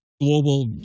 global